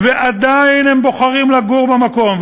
ועדיין הם בוחרים לגור במקום.